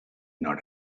not